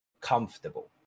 comfortable